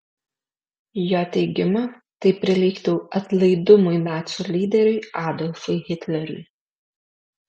jo teigimu tai prilygtų atlaidumui nacių lyderiui adolfui hitleriui